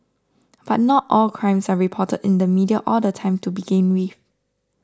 but not all crimes are reported in the media all the time to begin with